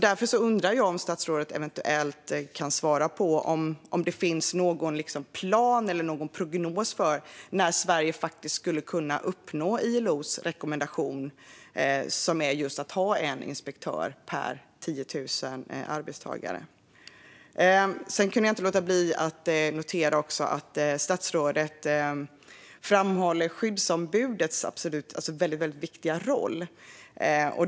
Kan statsrådet svara på om det finns någon plan eller prognos för när Sverige skulle kunna uppnå ILO:s rekommendation om just en inspektör per 10 000 arbetstagare? Jag kunde inte låta bli att notera att statsrådet framhåller skyddsombudets väldigt viktiga roll.